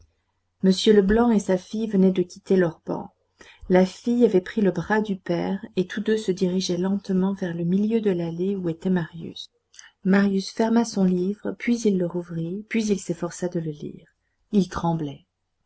m leblanc et sa fille venaient de quitter leur banc la fille avait pris le bras du père et tous deux se dirigeaient lentement vers le milieu de l'allée où était marius marius ferma son livre puis il le rouvrit puis il s'efforça de lire il tremblait